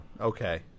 okay